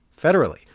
federally